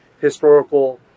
historical